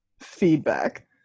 feedback